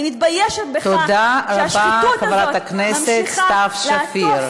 אני מתביישת בכך, תודה רבה, חברת הכנסת סתיו שפיר.